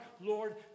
Lord